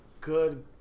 good